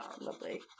Lovely